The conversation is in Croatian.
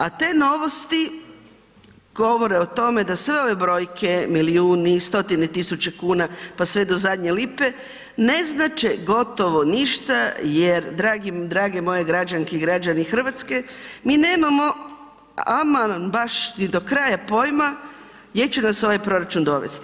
A te novosti govore o tome da sve ove brojke, milijuni, stotine tisuća kuna pa sve do zadnje lipe ne znače gotovo ništa jer drage moje građanke i građani Hrvatske, mi nemamo ama baš ni do kraja pojma gdje će nas ovaj proračun dovesti.